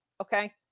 okay